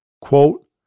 Quote